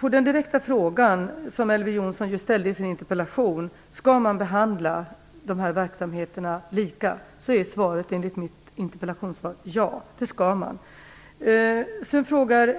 direkta fråga i interpellationen om huruvida man skall behandla verksamheterna lika är svaret enligt mitt interpellationssvar att det skall man.